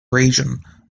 region